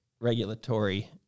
regulatory